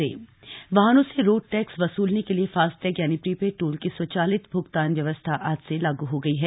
FASTag वाहनों से पथकर वसूलने के लिए फास्टैग यानी प्रीपेड टोल की स्वचालित भुगतान व्यवस्था आज सुबह से लागू हो गई है